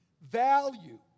value